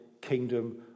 kingdom